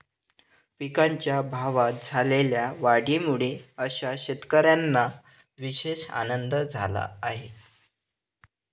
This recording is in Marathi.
पिकांच्या भावात झालेल्या वाढीमुळे अशा शेतकऱ्यांना विशेष आनंद झाला आहे